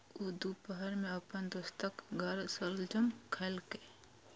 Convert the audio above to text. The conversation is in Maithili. ऊ दुपहर मे अपन दोस्तक घर शलजम खेलकै